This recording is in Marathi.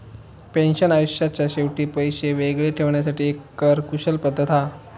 पेन्शन आयुष्याच्या शेवटी पैशे वेगळे ठेवण्यासाठी एक कर कुशल पद्धत हा